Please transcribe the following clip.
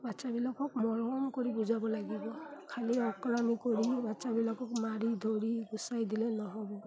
বাচ্ছাবিলাকক মৰম কৰি বুজাব লাগিব খালী অকৰামী কৰি বাচছাবিলাকক মাৰি ধৰি গুচাই দিলে নহ'ব